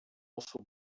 also